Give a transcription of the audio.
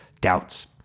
doubts